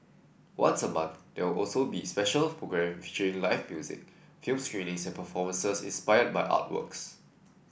once a month there also be special programme featuring live music film screenings and performances inspired by artworks